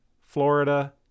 Florida